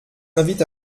invite